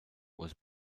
was